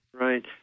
Right